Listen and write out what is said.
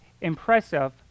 impressive